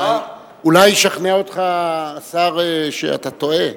אולי ישכנע אותך השר שאתה טועה.